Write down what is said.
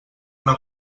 una